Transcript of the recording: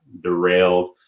derailed